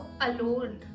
alone